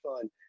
fun